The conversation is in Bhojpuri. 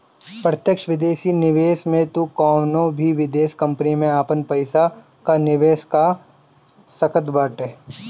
प्रत्यक्ष विदेशी निवेश में तू कवनो भी विदेश कंपनी में आपन पईसा कअ निवेश कअ सकत बाटअ